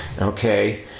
Okay